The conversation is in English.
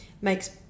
makes